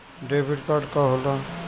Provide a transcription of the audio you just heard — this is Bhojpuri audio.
डेबिट कार्ड का होला?